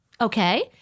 Okay